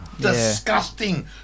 Disgusting